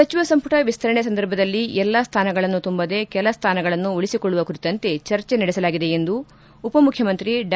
ಸಚಿವ ಸಂಪುಟ ವಿಸ್ತರಣೆ ಸಂದರ್ಭದಲ್ಲಿ ಎಲ್ಲ ಸ್ಥಾನಗಳನ್ನು ತುಂಬದೇ ಕೆಲ ಸ್ಥಾನಗಳನ್ನು ಉಳಿಸಿಕೊಳ್ಳುವ ಕುರಿತಂತೆ ಚರ್ಚೆ ನಡೆಸಲಾಗಿದೆ ಎಂದು ಉಪ ಮುಖ್ಯಮಂತ್ರಿ ಡಾ